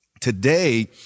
Today